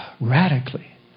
radically